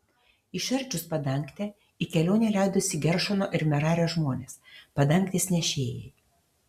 išardžius padangtę į kelionę leidosi geršono ir merario žmonės padangtės nešėjai